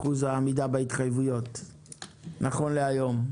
נכון להיום,